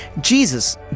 Jesus